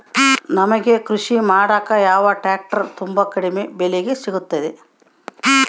ನಮಗೆ ಕೃಷಿ ಮಾಡಾಕ ಯಾವ ಟ್ರ್ಯಾಕ್ಟರ್ ತುಂಬಾ ಕಡಿಮೆ ಬೆಲೆಗೆ ಸಿಗುತ್ತವೆ?